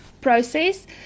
process